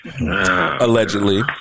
Allegedly